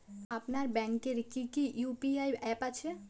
আপনার ব্যাংকের কি কি ইউ.পি.আই অ্যাপ আছে?